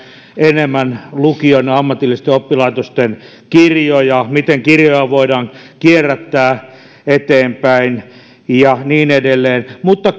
enemmän lukion ja ammatillisten oppilaitosten kirjoja miten kirjoja voidaan kierrättää eteenpäin ja niin edelleen mutta